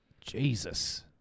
Jesus